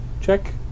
check